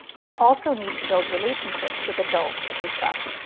they also need to build relationships with adults that they trust,